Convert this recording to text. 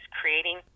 creating